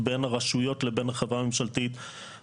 או של המועצה המקומית שבראשה עומדת גלית שאול,